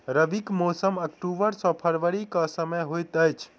रबीक मौसम अक्टूबर सँ फरबरी क समय होइत अछि